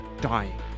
dying